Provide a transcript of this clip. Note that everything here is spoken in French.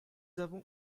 n’avons